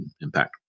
impact